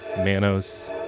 Manos